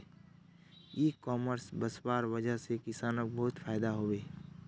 इ कॉमर्स वस्वार वजह से किसानक बहुत फायदा हबे